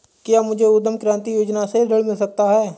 क्या मुझे उद्यम क्रांति योजना से ऋण मिल सकता है?